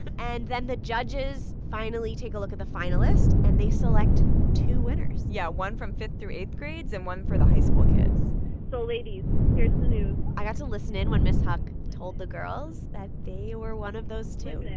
and then the judges finally take a look at the finalists. and they select two winners yeah, one from fifth through eighth grades and one for the high school kids so ladies, here's the news. i got to listen in when ms. huq told the girls that they were one of those two and and